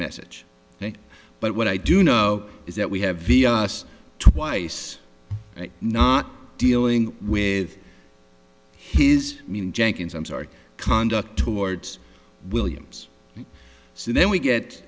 message but what i do know is that we have v r s twice not dealing with his meaning jenkins i'm sorry conduct towards williams so then we get